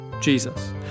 Jesus